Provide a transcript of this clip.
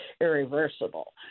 irreversible